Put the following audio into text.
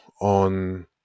on